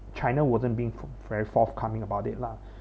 china wasn't being for~ very forthcoming about it lah